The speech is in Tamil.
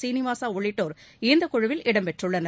சீனிவாசா உள்ளிட்டோர் இந்தக்குழுவில் இடம் பெற்றுள்ளனர்